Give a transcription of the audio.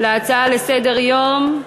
להצעה לסדר-יום את